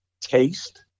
Taste